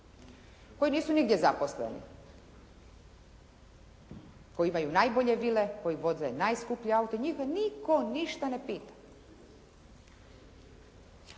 koji nisu nigdje zaposleni, koji imaju najbolje vile, koji voze najskuplje aute, njega nitko ništa ne pita,